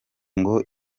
ngo